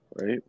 right